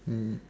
mm